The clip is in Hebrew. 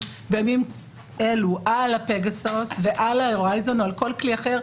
בימים אלו על הפגסוס ועל הרייזון או על כל כלי אחר?